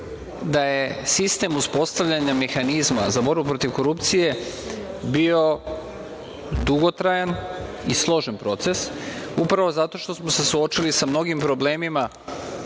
da je sistem uspostavljanja mehanizma za borbu protiv korupcije bio dugotrajan i složen proces upravo zato što smo se suočili sa mnogim problemima